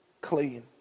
clean